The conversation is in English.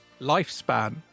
lifespan